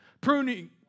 Pruning